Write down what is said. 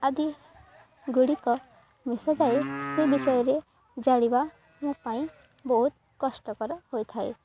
ଆଦି ଗୁଡ଼ିକ ମିଶାଯାଏ ସେ ବିଷୟରେ ଜାଣିବା ମୋ ପାଇଁ ବହୁତ କଷ୍ଟକର ହୋଇଥାଏ